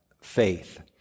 faith